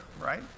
right